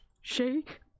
Shake